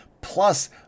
Plus